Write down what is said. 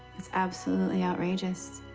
it's absolutely outrageous.